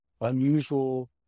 unusual